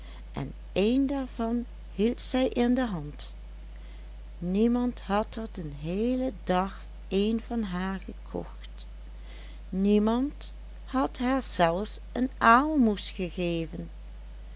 en een daarvan hield zij in de hand niemand had er den heelen dag een van haar gekocht niemand had haar zelfs een aalmoes gegeven